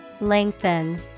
Lengthen